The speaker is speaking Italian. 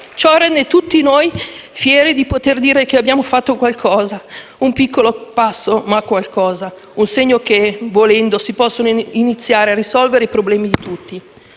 Ciò rende tutti noi fieri di poter dire che abbiamo fatto qualcosa, un piccolo passo, ma qualcosa; un segno che, volendo, si possono iniziare a risolvere i problemi di tutti.